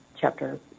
chapter